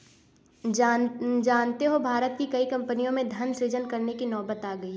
जानते हो भारत की कई कम्पनियों में धन सृजन करने की नौबत आ गई है